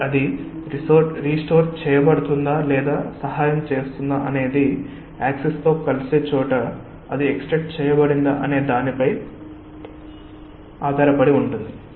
మరియు అది రిస్టోర్ చేయబడుతుందా లేదా సహాయం చేస్తుందా అనేది యాక్సిస్ తో కలిసే చోట అది ఎక్స్టెండ్ చేయబడిందా అనే దానిపై ఆధారపడి ఉంటుంది